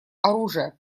оружия